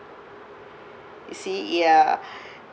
you see ya